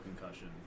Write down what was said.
concussion